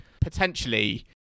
potentially